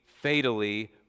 fatally